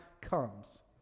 comes